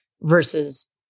versus